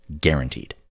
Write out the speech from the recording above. Guaranteed